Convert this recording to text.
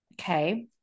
Okay